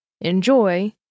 enjoy